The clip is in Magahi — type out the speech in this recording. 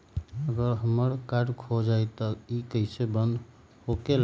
अगर हमर कार्ड खो जाई त इ कईसे बंद होकेला?